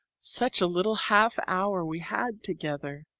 such a little half hour we had together!